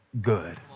good